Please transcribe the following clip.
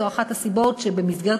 זו אחת הסיבות לכך שביקשתי